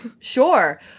Sure